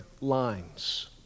lines